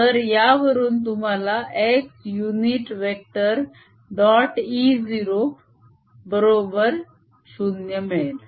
तर यावरून तुम्हाला x unit vector dot E0 बरोबर 0 मिळेल